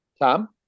Tom